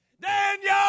Daniel